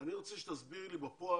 אני רוצה שתסבירי לי מה קורה בפועל.